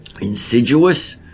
insidious